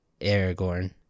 Aragorn